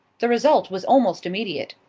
the result was almost immediate.